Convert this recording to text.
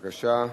בבקשה.